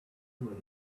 two